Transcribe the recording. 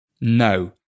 no